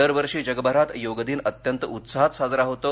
दर वर्षी जगभरात योग दिन अत्यंत उत्साहात साजरा होतो